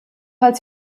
als